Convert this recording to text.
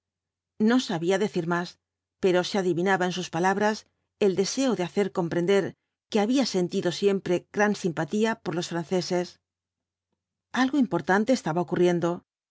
no sabía decir más pero se adivinaba en sus palabras el deseo de hacer comprender que había sentido siempre gran simpatía por los franceses algo importante estaba ocurriendo